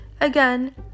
Again